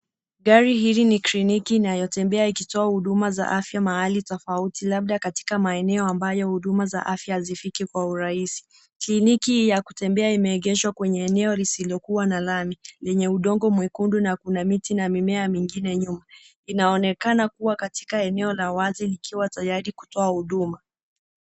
Gari hili ni kliniki inayotembea ikitoa huduma za afya mahali tofauti, labda katika maeneo ambayo huduma za afya hazifiki kwa urahisi. Kliniki ya kutembea imeegeshwa kwenye eneo lisilokuwa na lami, lenye udongo mwekundu na kuna miti na mimea mingine nyuma. Inaonekana kuwa katika eneo la wazi likiwa tayari kutoa huduma.